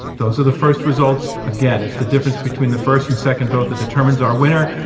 those are the first results. again, it's the difference between the first and second vote that determines our winner.